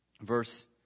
verse